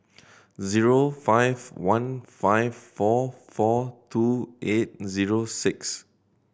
zero five one five four four two eight zero six